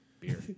beer